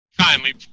kindly